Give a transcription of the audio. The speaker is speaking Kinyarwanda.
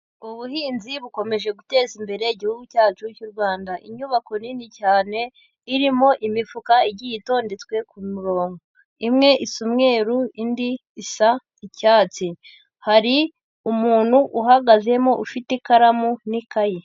Ubuhinzi bukomeje guteza imbere igihugu cyacu cy'u Rwanda, inyubako nini cyane irimo imifuka igiye itondetswe ku murongo, imwe isa umweru indi isa icyatsi, hari umuntu uhagazemo ufite ikaramu n'ikayi.